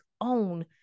own